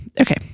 Okay